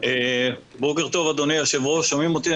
בוקר טוב, אדוני היושב-ראש, אני